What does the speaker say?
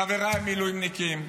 חבריי המילואימניקים,